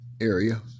area